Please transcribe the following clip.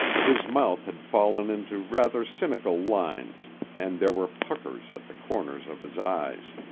his mouth had fallen into rather cynical lines and there were puckers at the corners of his eyes.